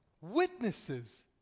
witnesses